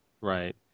right